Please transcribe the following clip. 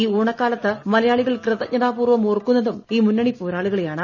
ഈ ഓണക്കാലത്ത് മലയാളികൾ കൃതജ്ഞതാപൂർവ്വം ഓർക്കുന്നതും ഈ മുന്നണിപ്പോരാളികളെയാണ്